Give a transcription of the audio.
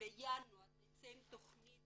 בינואר נצא עם תכנית